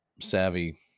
savvy